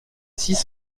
six